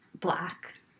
black